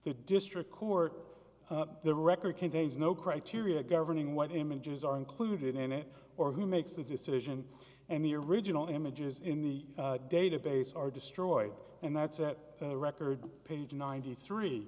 the district court the record contains no criteria governing what images are included in it or who makes the decision and the original images in the database are destroyed and that's at record page ninety three